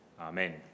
Amen